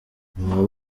uwo